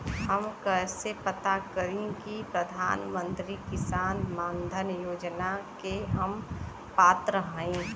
हम कइसे पता करी कि प्रधान मंत्री किसान मानधन योजना के हम पात्र हई?